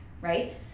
right